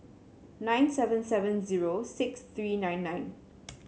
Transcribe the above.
nine seven seven zero six three nine nine